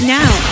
now